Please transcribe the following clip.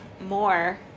more